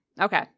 Okay